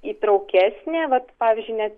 įtraukesnė vat pavyzdžiui net